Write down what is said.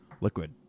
liquid